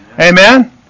Amen